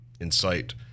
incite